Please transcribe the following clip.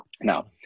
Now